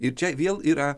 ir čia vėl yra